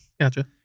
Gotcha